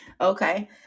Okay